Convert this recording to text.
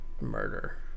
murder